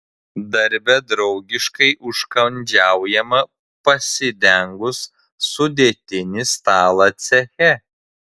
darbe draugiškai užkandžiaujama pasidengus sudėtinį stalą ceche